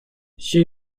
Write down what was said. she